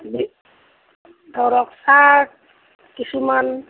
ধৰক চাৰ্ট কিছুমান